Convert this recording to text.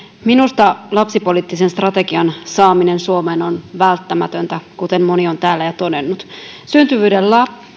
minusta lapsipoliittisen strategian saaminen suomeen on välttämätöntä kuten moni on täällä jo todennut syntyvyyden